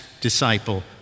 disciple